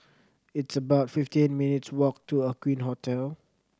it's about fifty eight minutes' walk to Aqueen Hotel